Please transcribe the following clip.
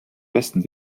westen